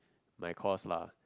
my course lah